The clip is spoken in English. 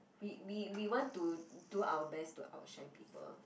we we we want to do our best to outshine people